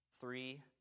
three